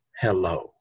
hello